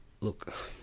look